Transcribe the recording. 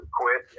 quit